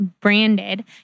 branded